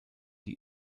die